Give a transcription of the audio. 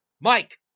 Mike